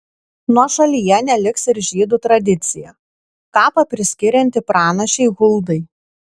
nuošalyje neliks ir žydų tradicija kapą priskirianti pranašei huldai